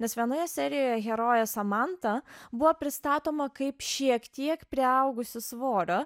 nes vienoje serijoje herojė samanta buvo pristatoma kaip šiek tiek priaugusi svorio